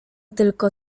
tylko